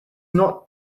not